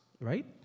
right